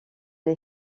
les